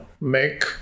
make